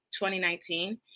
2019